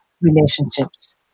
relationships